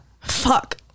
Fuck